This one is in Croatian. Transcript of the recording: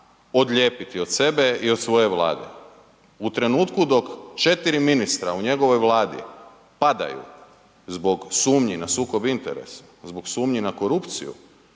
odlijepiti od sebe i od svoje Vlade. U trenutku dok 4 ministra u njegovoj Vladi padaju zbog sumnji na sukob interesa, zbog sumnji na korupciju,